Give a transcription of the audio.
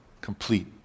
complete